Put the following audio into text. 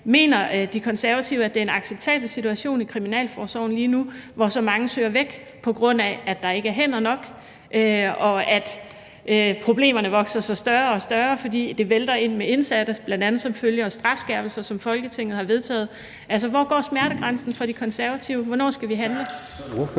Mener De Konservative, at det er en acceptabel situation, der er i kriminalforsorgen lige nu, hvor så mange søger væk, på grund af at der ikke er hænder nok, og hvor problemerne vokser sig større og større, fordi det vælter ind med indsatte, bl.a. som følge af strafskærpelser, som Folketinget har vedtaget? Altså, hvor går smertegrænsen for De Konservative, og hvornår skal vi handle?